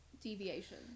Deviation